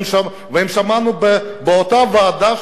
שמענו באותה ועדה,